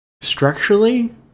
structurally